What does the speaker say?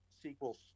sequels